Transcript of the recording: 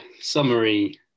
summary